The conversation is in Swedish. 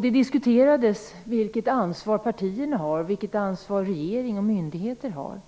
Det diskuterades vilket ansvar partierna har och vilket ansvar regering och myndigheter har.